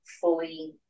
fully